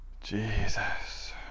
Jesus